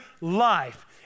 life